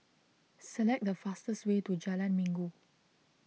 select the fastest way to Jalan Minggu